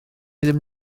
ddim